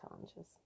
challenges